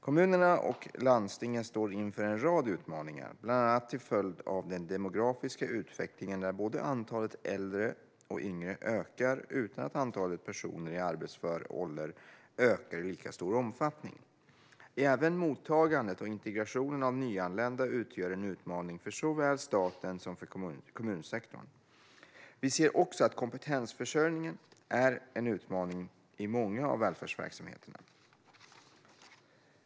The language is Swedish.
Kommunerna och landstingen står inför en rad utmaningar, bland annat till följd av den demografiska utvecklingen där både antalet äldre och yngre ökar utan att antalet personer i arbetsför ålder ökar i lika stor omfattning. Även mottagandet och integrationen av nyanlända utgör en utmaning för såväl staten som kommunsektorn. Vi ser också att kompetensförsörjning är en utmaning i många av välfärdsverksamheterna.